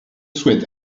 souhaite